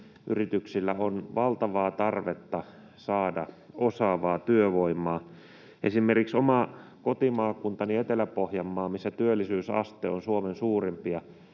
yrityksillä on valtavaa tarvetta saada osaavaa työvoimaa. Esimerkiksi omassa kotimaakunnassani Etelä-Pohjanmaalla, missä työllisyysaste on Suomen suurimpia,